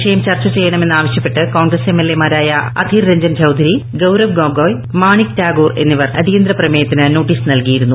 വിഷയം ചർച്ച ചെയ്യണമെന്ന് ആവശ്യപ്പെട്ട് കോൺഗ്രസ്സ് എം എൽ എ മാരായ അധീർ രഞ്ജൻ ചൌധരി ഗൌരവ് ഗൊഗോയ് മാണിക്ക് ടാഗോർ എന്നിവർ അടിയന്തര പ്രമേയത്തിന് നോട്ടീസ് നൽകിയിരുന്നു